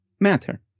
Matter